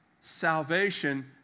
salvation